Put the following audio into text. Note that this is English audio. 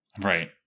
right